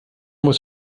muss